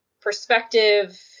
perspective